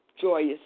joyous